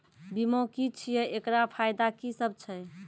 बीमा की छियै? एकरऽ फायदा की सब छै?